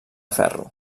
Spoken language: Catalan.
ferro